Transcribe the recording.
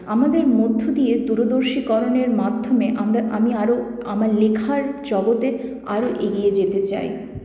আমাদের মধ্য দিয়ে দূরদর্শীকরণের মাধ্যমে আমরা আমি আরও আমার লেখার জগতে আরও এগিয়ে যেতে চাই